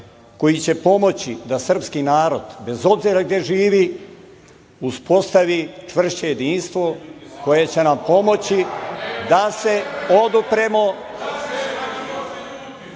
koji će pomoći da sprski narod, bez obzira gde živi uspostavi čvršće jedinstvo, koje će nam pomoći da se odupremo.